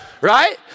Right